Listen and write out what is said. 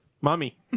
Mommy